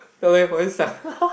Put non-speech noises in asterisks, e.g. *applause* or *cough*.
*laughs*